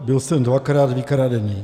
Byl jsem dvakrát vykradený.